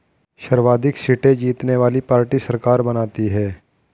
सर्वाधिक सीटें जीतने वाली पार्टी सरकार बनाती है